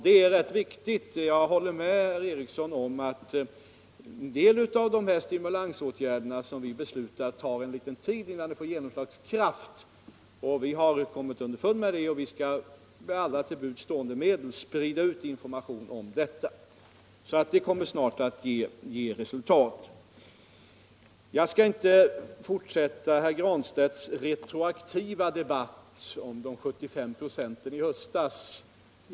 Detta är en viktig fråga. Jag håller med herr Eriksson om att det tar en viss tid innan de stimulansåtgärder vi beslutat får genomslagskraft. Vi har kommit underfund med det. Och vi skall med alla till buds stående medel sprida information om dessa bidrag. Det kommer snart att ge resultat. Jag skall inte fortsätta herr Granstedts retroaktiva debatt om de 75 procenten i höstas.